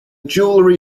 jewellery